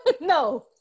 no